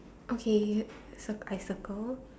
okay cir~ I circle